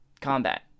combat